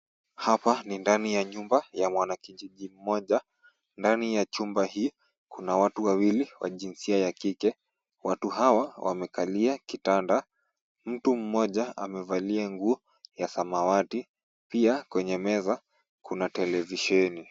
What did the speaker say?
Hapa ni ndani ya nyumba ya mwanakijiji mmoja. Ndani ya chumba hii kuna watu wawili wa jinsia ya kike. Watu hawa wamekalia kitanda. Mtu mmoja amevalia nguo ya samawati. Pia kwenye meza kuna televisheni.